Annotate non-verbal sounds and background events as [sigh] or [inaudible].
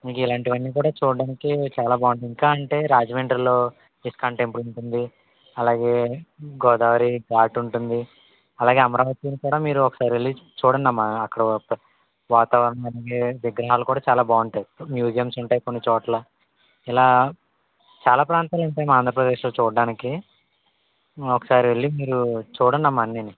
మీకు ఇలాంటివి అన్ని కూడ చూడడానికి చాలా బాగుంటది ఇంకా అంటే రాజమండ్రిలో ఇస్కాన్ టెంపుల్ ఉంటుంది అలాగే గోదావరి ఘాట్ ఉంటుంది అలాగే అమరావతిని కూడ మీరు ఒకసారి వెళ్లి చూడండమ్మా అక్కడ వాతావరణం [unintelligible] విగ్రహాలు కూడ చాలా బాగుంటాయ్ మ్యూజియమ్స్ ఉంటాయ్ కొన్ని చోట్ల ఇలా చాలా ప్రాంతాలుంటాయ్ మన ఆంధ్రప్రదేశ్లో చూడడానికి ఒకసారి వెళ్ళి మీరు చూడండమ్మా అన్నినీ